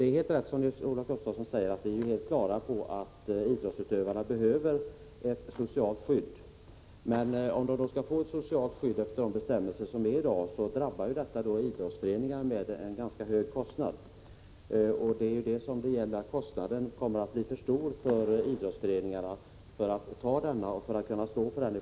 Det är helt rätt, som Nils-Olof Gustafsson sade, att vi är på det klara med att idrottsutövarna behöver ett socialt skydd. Men om de får detta skydd enligt de bestämmelser som gäller i dag, så drabbas idrottsföreningarna av en ganska hög kostnad. Den blir så hög att de inte klarar av att betala den.